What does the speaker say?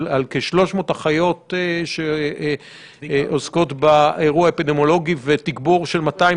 על כ-300 אחיות שעוסקות באירוע האפידמיולוגי ותגבור של 250